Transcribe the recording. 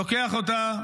לוקח אותה,